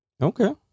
okay